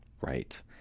Right